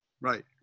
Right